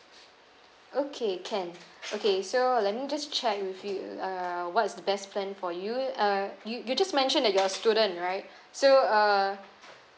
okay can okay so let me just check with you uh what's the best plan for you uh you you just mentioned that you are a student right so uh